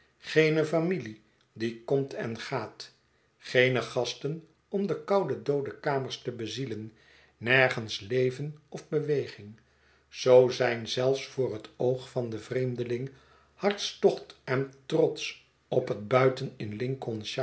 geene familie die komt en gaat geene gasten om de koude doode kamers te bezielen nergens leven of beweging zoo zijn zelfs voor het oog van den vreemdeling hartstocht en trots op het buiten in